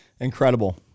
Incredible